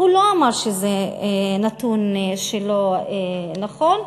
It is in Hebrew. לא אמר שזה נתון שלא נכון.